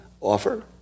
offer